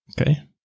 okay